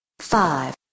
Five